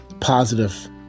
positive